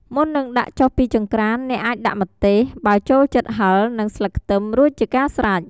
មុននឹងដាក់ចុះពីចង្ក្រាន អ្នកអាចដាក់ម្ទេស បើចូលចិត្តហឹរ និងស្លឹកខ្ទឹម រួចជាការស្រេច។